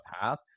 path